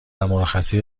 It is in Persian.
مرخصی